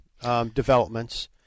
developments